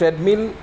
treadmill